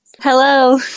Hello